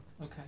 Okay